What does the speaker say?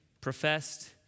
professed